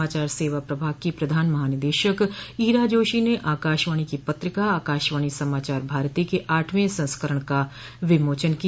समाचार सेवा प्रभाग की प्रधान महानिदेशक ईरा जोशी ने आकाशवाणी की पत्रिका आकाशवाणी समाचार भारती के आठवें संस्करण का विमोचन किया